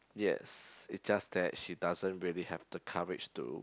yes it's just that she doesn't really have the courage to